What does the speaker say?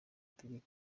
tegeko